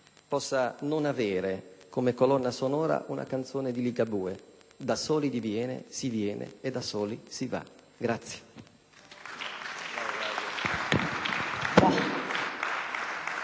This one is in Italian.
possa non avere come colonna sonora una canzone di Ligabue: da soli si viene e da soli si va.